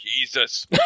Jesus